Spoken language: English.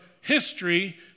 history